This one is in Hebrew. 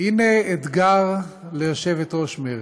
הנה אתגר ליושבת-ראש מרצ: